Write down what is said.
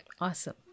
Awesome